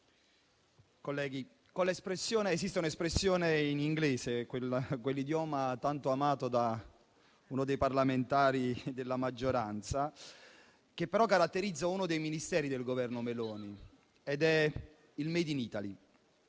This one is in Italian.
c'è un'espressione in inglese, quell'idioma tanto amato da uno dei parlamentari della maggioranza, che caratterizza uno dei Ministeri del Governo Meloni, ed è il *made in Italy*.